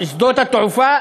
שרשות שדות התעופה,